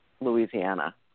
Louisiana